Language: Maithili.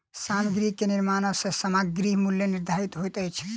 सामग्री के निर्माण सॅ सामग्रीक मूल्य निर्धारित होइत अछि